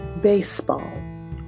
baseball